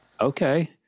Okay